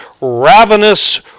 ravenous